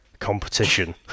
competition